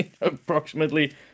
Approximately